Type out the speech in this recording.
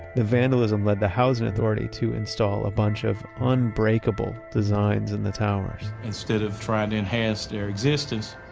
the vandalism lead the housing authority to install a bunch of unbreakable designs in the towers instead of trying to enhance their existence,